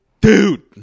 dude